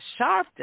Sharpton